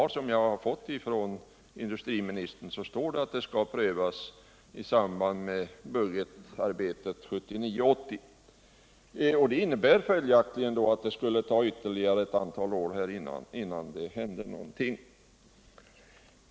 I svaret från industriministern står det att glasindustrins problem skall prövas i anslutning till budgetpropositionen 1979/80. Detta innebär följaktligen att det skulle förflyta ytterligare några år innan någonting händer.